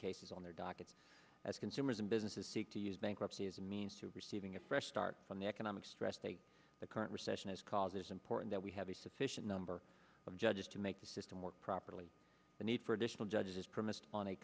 cases on their dockets as consumers and businesses seek to use bankruptcy as a means to receiving a fresh start on the economic stress that the current recession is called is important that we have a sufficient number of judges to make the system work properly the need for additional judges is premised on a